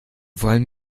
wollen